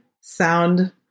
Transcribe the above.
sound